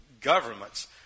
governments